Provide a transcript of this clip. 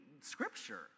scripture